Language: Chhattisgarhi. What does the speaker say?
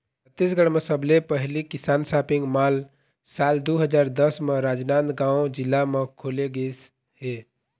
छत्तीसगढ़ म सबले पहिली किसान सॉपिंग मॉल साल दू हजार दस म राजनांदगांव जिला म खोले गिस हे